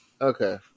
Okay